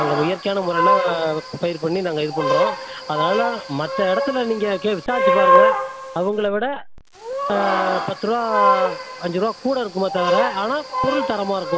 நாங்கள் இயற்கையான முறையில் பயிர் பண்ணி நாங்கள் இது பண்ணுறோம் அதனால் மற்ற இடத்துல நீங்கள் கே விசாரித்து பாருங்க அவங்கள விட பத்து ரூபா அஞ்சு ரூபா கூட இருக்குமே தவிர ஆனால் பொருள் தரமாக இருக்கும்